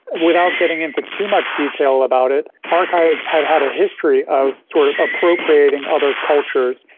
without getting into too much detail about it, archives have had a history of sort of appropriating other cultures.